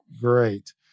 great